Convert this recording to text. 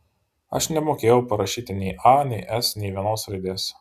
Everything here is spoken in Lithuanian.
aš nemokėjau parašyti nei a nei s nė vienos raidės